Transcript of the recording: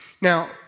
Now